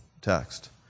text